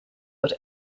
but